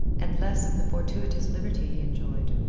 and less of the fortuitous liberty he enjoyed.